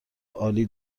عالی